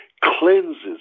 cleanses